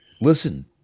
Listen